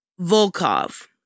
Volkov